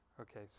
Okay